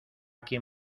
quien